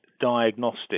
diagnostic